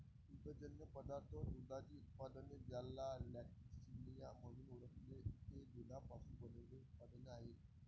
दुग्धजन्य पदार्थ व दुधाची उत्पादने, ज्याला लॅक्टिसिनिया म्हणून ओळखते, ते दुधापासून बनविलेले उत्पादने आहेत